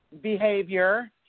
behavior